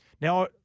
Now